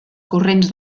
corrents